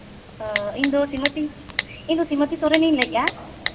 ᱚ ᱤᱧ ᱫᱚ ᱥᱤᱢᱚᱛᱤ ᱤᱧ ᱫᱚ ᱥᱤᱢᱚᱛᱤ ᱥᱚᱨᱮᱱᱤᱧ ᱞᱟᱹᱭᱮᱜᱼᱟ